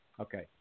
Okay